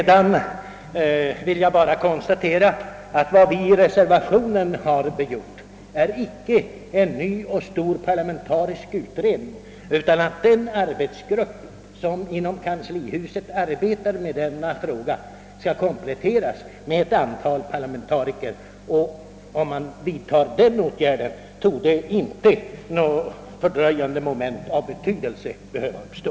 Vidare vill jag bara konstatera att vad vi i reservationen hemställt om är icke en ny stor parlamentarisk utredning, utan det är en komplettering av den arbetsgrupp, som arbetar inom kanslihuset med denna fråga, med ett antal parlamentariker. Om man vidtar en sådan åtgärd, torde icke något fördröjande moment av betydelse behöva uppstå.